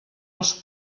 els